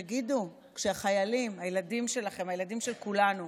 תגידו, כשהחיילים, הילדים שלכם, הילדים של כולנו,